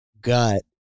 gut